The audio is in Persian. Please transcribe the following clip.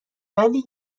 ولی